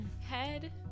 head